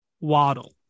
Waddle